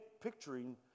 picturing